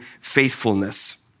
faithfulness